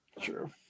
True